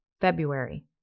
February